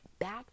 back